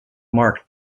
mark